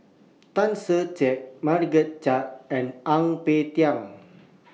Tan Ser Cher Margaret Chan and Ang Peng Tiam